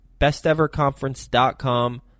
besteverconference.com